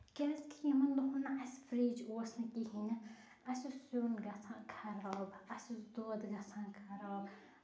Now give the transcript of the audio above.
کیازِ کہ یِمن دۄہن نہٕ اَسہِ فرج اوس نہٕ کِہیٖنۍ نہٕ اَسہِ اوس سیُن گژھان خراب اَسہِ اوس دۄد گژھان خراب